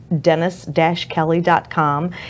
Dennis-Kelly.com